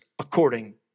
according